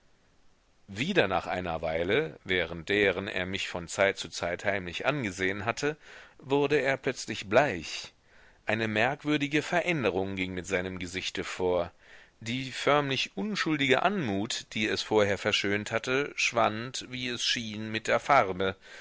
wieder nach einer weile während deren er mich von zeit zu zeit heimlich angesehen hatte wurde er plötzlich bleich eine merkwürdige veränderung ging mit seinem gesichte vor die förmlich unschuldige anmut die es vorher verschönt hatte schwand wie es schien mit der farbe